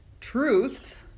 truths